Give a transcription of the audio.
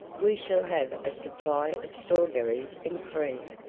we shall have a supply of strawberries and cream,